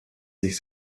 sich